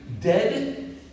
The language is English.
dead